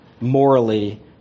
morally